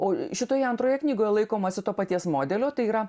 o šitoje antroje knygoje laikomasi to paties modelio tai yra